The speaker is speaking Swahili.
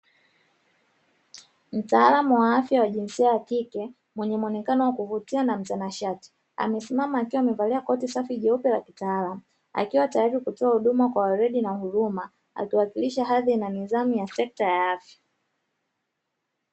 Mtaalumu wa afya wa jinsia ya kike mwenye muonekano wa kuvutia na mtanashati amesimama akiwa amevalia koti safi jeupe la kitaalamu, akiwa tayari kutoa huduma kwa weredi na huruma akiwakilisha hadhi na nidhamu ya sekta ya afya.